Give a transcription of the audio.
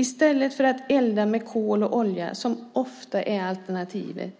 I stället för att elda med kol och olja som ofta är alternativen